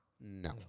No